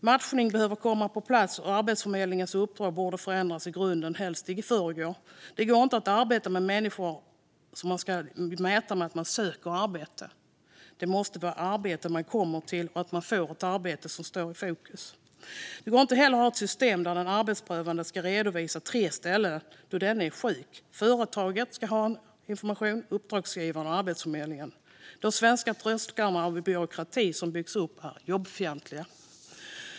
Matchning behöver komma på plats, och Arbetsförmedlingens uppdrag borde förändras i grunden, helst i förrgår. Det räcker inte att mäta hur människor söker arbete. Det som står i fokus måste vara att människor får arbete. Det går inte heller att ha ett system där den arbetsprövande ska redovisa sjukdom på tre ställen. Men som det är nu ska företaget, uppdragsgivaren och Arbetsförmedlingen ha informationen. De svenska trösklarna av byråkrati som byggts upp är jobbfientliga.